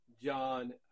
John